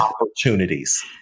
opportunities